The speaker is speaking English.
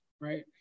Right